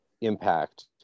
impact